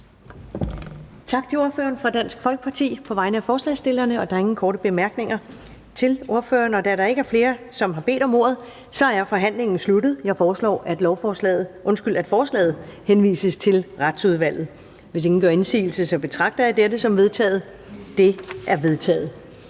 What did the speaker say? Tak til ordføreren for forslagsstillerne fra Dansk Folkeparti. Der er ikke flere korte bemærkninger til ordføreren. Da der ikke er flere, der har bedt om ordet, er forhandlingen sluttet. Jeg foreslår, at forslaget henvises til Sundheds- og Ældreudvalget. Hvis ingen gør indsigelse, betragter jeg dette som vedtaget. Det er vedtaget.